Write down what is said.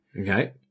Okay